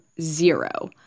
zero